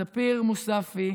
ספיר מוספי,